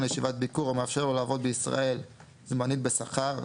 לישיבת ביקור המאפשר לו לעבוד בישראל זמנית בשכר,